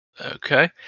Okay